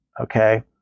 Okay